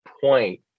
point